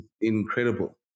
incredible